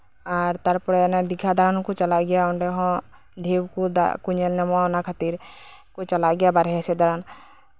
ᱟᱨ ᱚᱱᱟ ᱫᱤᱜᱷᱟ ᱫᱟᱬᱟᱱ ᱦᱚᱸᱠᱚ ᱪᱟᱞᱟᱜ ᱜᱮᱭᱟ ᱚᱸᱰᱮ ᱦᱚᱸ ᱰᱷᱮᱣ ᱠᱚ ᱫᱟᱜ ᱠᱚ ᱧᱮᱞ ᱧᱟᱢᱚᱜᱼᱟ ᱚᱱᱟ ᱠᱷᱟᱛᱤᱨ ᱠᱚ ᱪᱟᱞᱟᱜ ᱜᱮᱭᱟ ᱵᱟᱨᱦᱚ ᱥᱮᱡ ᱫᱟᱬᱟᱱ